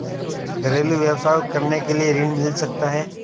घरेलू व्यवसाय करने के लिए ऋण मिल सकता है?